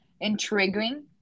intriguing